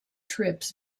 trips